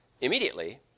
immediately